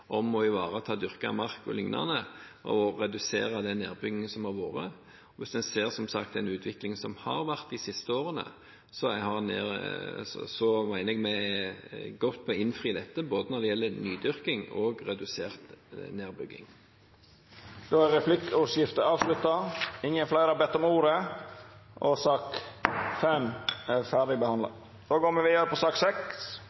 om å ivareta dyrket mark o.l. og redusere den nedbyggingen som har vært. Som sagt, hvis en ser på den utviklingen som har vært de siste årene, mener jeg vi er godt i gang med å innfri dette når det gjelder både nydyrking og redusert nedbygging. Replikkordskiftet er avslutta. Fleire har ikkje bedt om ordet til sak nr. 5. Etter ønske frå transport- og